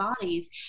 bodies